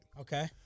Okay